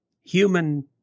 human